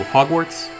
Hogwarts